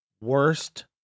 Worst